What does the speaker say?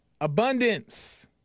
abundance